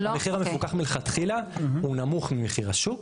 המחיר המפוקח מלכתחילה הוא נמוך ממחיר השוק.